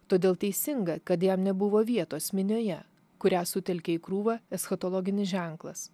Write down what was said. todėl teisinga kad jam nebuvo vietos minioje kurią sutelkė į krūvą eschatologinis ženklas